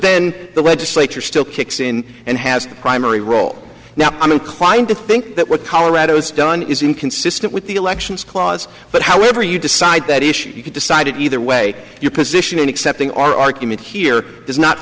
then the legislature still kicks in and has a primary role now i'm inclined to think that what colorado is done is inconsistent with the elections clause but however you decide that issue you could decide it either way your position in accepting our argument here is not